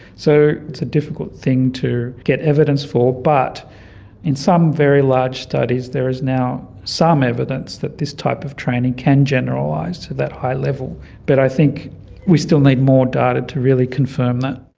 so it's a difficult thing to get evidence for. but in some very large studies there is now some evidence that this type of training can generalise to that high level, but i think we still need more data to really confirm that.